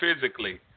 physically